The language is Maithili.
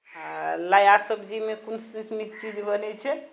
आओर नया सब्जीमे कोन कोन नीक चीज बनै छै